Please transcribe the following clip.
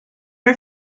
are